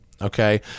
Okay